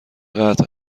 قطع